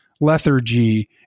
lethargy